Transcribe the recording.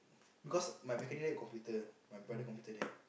because my balcony there computer my brother computer there